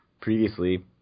previously